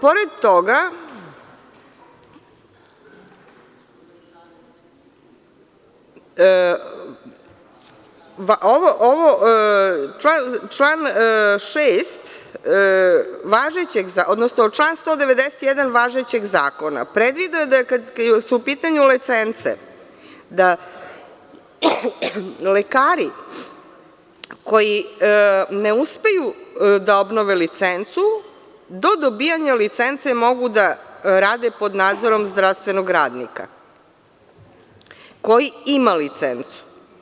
Pored toga, član 91. važećeg zakona je predvideo kada su u pitanju licence da lekari koji ne uspeju da obnove licencu do dobijanja licence, mogu da rade pod nadzorom zdravstvenog radnika koji ima licencu.